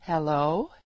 Hello